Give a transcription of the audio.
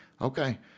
okay